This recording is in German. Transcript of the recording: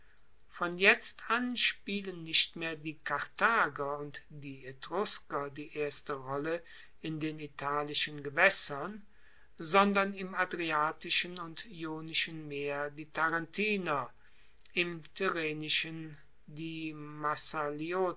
von jetzt an spielen nicht mehr die karthager und die etrusker die erste rolle in den italischen gewaessern sondern im adriatischen und ionischen meer die tarentiner im tyrrhenischen die